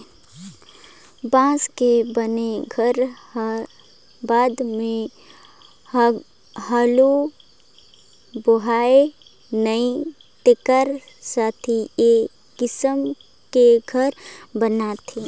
बांस के बने घर हर बाद मे हालू बोहाय नई तेखर सेथी ए किसम के घर बनाथे